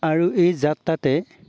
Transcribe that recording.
আৰু এই যাত্ৰাতে